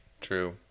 true